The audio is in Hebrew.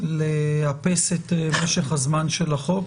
לאפס את משך הזמן של החוק,